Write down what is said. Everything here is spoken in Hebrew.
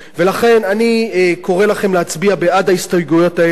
ולכן אני קורא לכם להצביע בעד ההסתייגויות האלה.